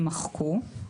יימחקו,